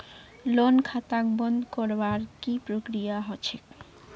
loan खाताक बंद करवार की प्रकिया ह छेक